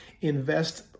invest